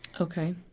Okay